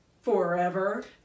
forever